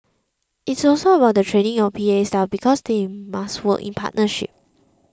it's also about the training of the P A staff because they must work in partnership